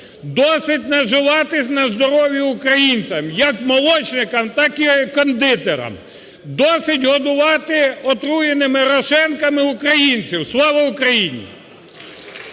Досить наживатись на здоров'ї українців, як молочникам так і кондитерам. Досить годувати отруєними "рошенками" українців. Слава Україні!